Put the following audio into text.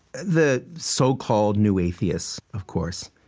the so-called new atheists, of course,